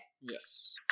yes